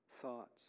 thoughts